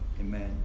Amen